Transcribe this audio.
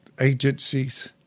agencies